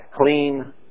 clean